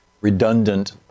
redundant